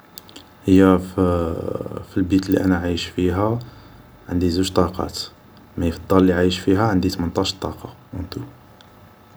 هي في ، في الي بيت اللي انا عايش فيها ، عندي زوج طاقات ، مي فدار اللي عايش فيها عندي تمنطاش طاق اون تو